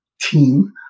team